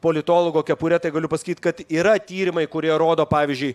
politologo kepurę tai galiu pasakyt kad yra tyrimai kurie rodo pavyzdžiui